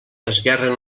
esguerren